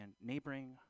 neighboring